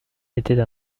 était